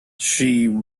she